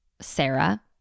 Sarah